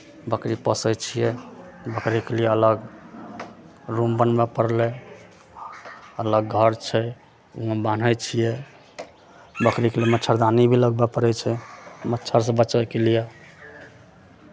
बकरी पोसै छियै बकरीके लिए अलग रूम बनबय पड़लै अलग घर छै ओहिमे बान्है छियै बकरीके लिए मच्छरदानी भी लगबय पड़ै छै मच्छरसँ बचबैके लिए